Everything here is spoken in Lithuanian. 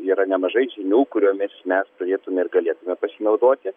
yra nemažai žinių kuriomis mes turėtume ir galėtume pasinaudoti